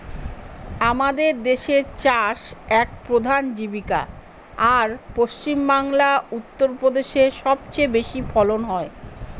আমাদের দেশের চাষ এক প্রধান জীবিকা, আর পশ্চিমবাংলা, উত্তর প্রদেশে সব চেয়ে বেশি ফলন হয়